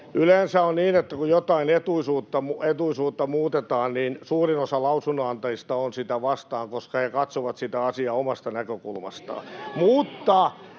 Yleensä on niin, että kun jotain etuisuutta muutetaan, niin suurin osa lausunnonantajista on sitä vastaan, koska he katsovat sitä asiaa omasta näkökulmastaan.